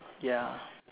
ya